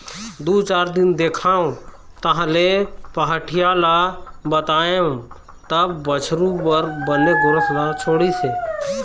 दू चार दिन देखेंव तहाँले पहाटिया ल बताएंव तब बछरू बर बने गोरस ल छोड़िस हे